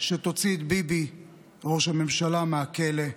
שתוציא את ביבי ראש הממשלה מהכלא,